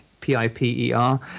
P-I-P-E-R